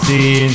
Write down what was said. See